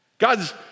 God's